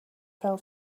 fell